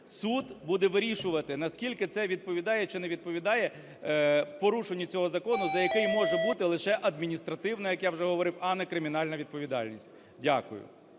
суд буде вирішувати, наскільки це відповідає чи не відповідає порушенню цього закону, за який може бути лише адміністративна, як я вже говорив, а не кримінальна відповідальність. Дякую.